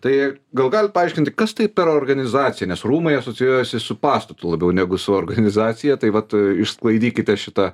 tai gal galit paaiškinti kas tai per organizacija nes rūmai asocijuojasi su pastatu labiau negu su organizacija tai vat išsklaidykite šitą